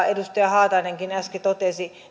edustaja haatainenkin äsken totesi